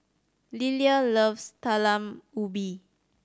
Lilia loves Talam Ubi